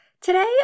Today